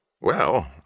Well